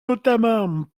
notamment